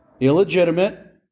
illegitimate